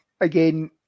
again